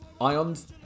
Ions